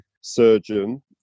surgeon